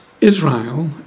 Israel